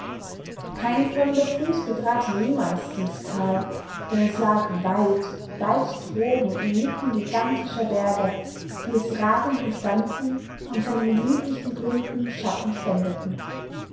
kein fremder fuß betrat jemals dies tal denn es lag weit weit droben inmitten gigantischer berge die es ragend umstanden und seinen lieblichen gründen schatten spendeten